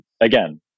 again